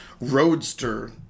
Roadster